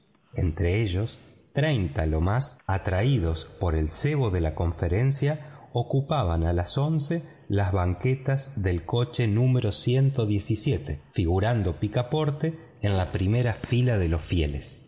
entre ellos treinta lo más atraídos por el cebo de la conferencia ocupaban a las once las banquetas del coche número figurando picaporte en la primera fila de los fieles